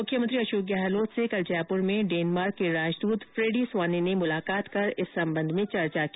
मुख्यमंत्री अशोक गहलोत से कल जयपुर में डेनमार्क के राजदूत फ्रेड्डी स्वाने ने मुलाकात कर इस संबंध में चर्चा की